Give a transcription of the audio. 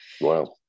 Wow